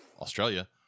Australia